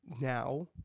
Now